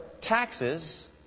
taxes